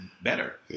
better